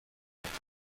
باشد